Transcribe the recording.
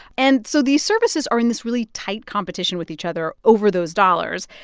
and so these services are in this really tight competition with each other over those dollars.